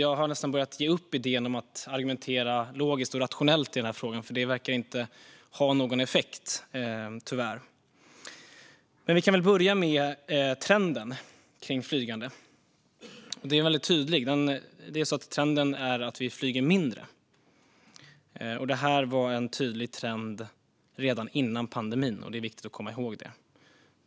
Jag har nästan börjat ge upp idén om att argumentera logiskt och rationellt i den här frågan, för det verkar tyvärr inte ha någon effekt. Vi kan börja med trenden kring flygande. Trenden är att vi flyger mindre, och den är väldigt tydlig. Det här var en tydlig trend redan före pandemin. Det är viktigt att komma ihåg det.